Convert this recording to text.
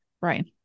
Right